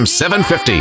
750